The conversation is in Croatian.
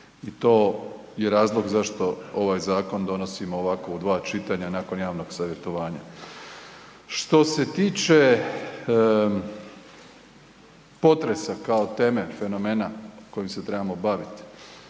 i to je razlog zašto ovaj zakon donosimo ovako u 2 čitanja nakon javnog savjetovanja. Što se tiče potresa kao teme fenomena kojim se trebamo baviti,